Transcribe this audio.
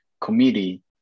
committee